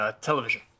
television